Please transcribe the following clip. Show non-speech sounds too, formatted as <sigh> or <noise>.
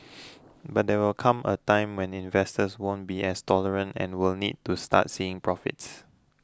<noise> but there will come a time when investors won't be as tolerant and will need to start seeing profits